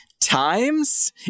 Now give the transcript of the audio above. times